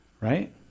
right